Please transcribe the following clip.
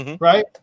Right